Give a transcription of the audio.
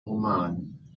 roman